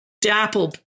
dapple